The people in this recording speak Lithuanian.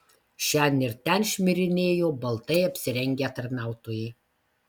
šen ir ten šmirinėjo baltai apsirengę tarnautojai